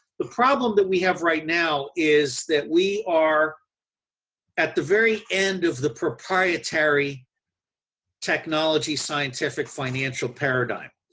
the problem that we have right now is that we are at the very end of the proprietary technology, scientific, financial paradigm.